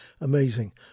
amazing